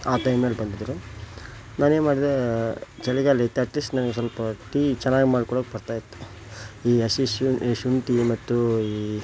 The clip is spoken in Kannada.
ಆ ಟೈಮಲ್ಲಿ ಬಂದಿದ್ದರು ನಾನು ಏನು ಮಾಡಿದೆ ಚಳಿಗಾಲ ಇತ್ತು ಎಟ್ ಲೀಸ್ಟ್ ನನ್ಗೆ ಸ್ವಲ್ಪ ಟೀ ಚೆನ್ನಾಗಿ ಮಾಡ್ಕೊಡೋಕ್ಕೆ ಬರ್ತಾ ಇತ್ತು ಈ ಹಸಿ ಶುಂಠಿ ಮತ್ತು ಈ